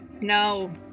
No